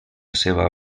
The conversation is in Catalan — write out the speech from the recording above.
seva